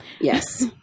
Yes